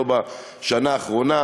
לא בשנה האחרונה,